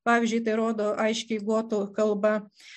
pavyzdžiui tai rodo aiškiai gotų kalba